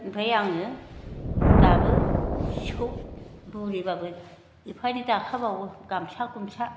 ओमफ्राय आङो दाबो सिखौ बुरैबाबो एफा एनै दाखाबावो गामसा गुमसा